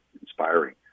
inspiring